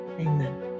amen